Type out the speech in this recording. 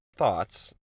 Thoughts